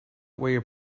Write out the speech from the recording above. where